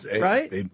Right